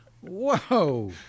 Whoa